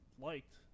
liked